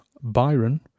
Byron